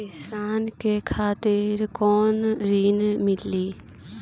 किसान के खातिर कौन ऋण मिली?